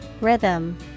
Rhythm